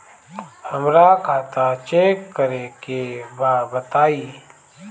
हमरा खाता चेक करे के बा बताई?